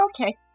Okay